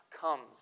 comes